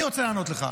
אני רוצה לענות לך.